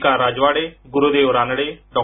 का राजवाडे गुरुदेव रानडे डॉ